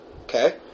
okay